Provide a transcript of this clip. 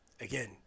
again